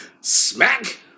smack